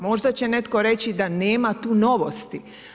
Možda će netko reći da nema tu novosti.